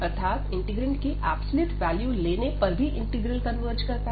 अर्थात इंटीग्रैंड की absolute value लेने पर भी इंटीग्रल कन्वर्ज करता है